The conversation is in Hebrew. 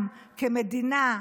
כעם, כמדינה,